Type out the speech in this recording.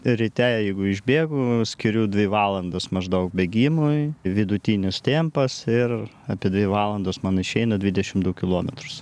ryte jeigu išbėgu skiriu dvi valandas maždaug bėgimui vidutinis tempas ir apie dvi valandos man išeina dvidešim du kilometrus